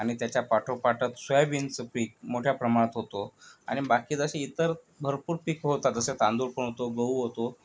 आणि त्याच्या पाठोपाठच सोयाबीनचं पीक मोठ्या प्रमाणात होतो आणि बाकी जशी इतर भरपूर पिकं होतात जसं तांदूळ पण होतो गहू होतो